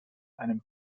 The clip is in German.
einem